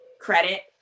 credit